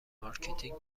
مارکتینگ